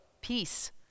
peace